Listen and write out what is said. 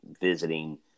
visiting